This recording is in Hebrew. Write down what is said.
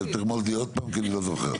תרמוז לי עוד פעם כי אני לא זוכר.